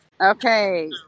Okay